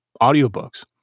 audiobooks